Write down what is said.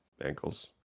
ankles